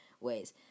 ways